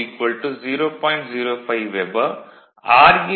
05 வெபர் ra 0